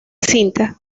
cinta